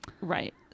Right